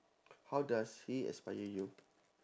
how does he aspire you